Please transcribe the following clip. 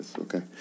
Okay